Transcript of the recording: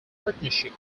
partnership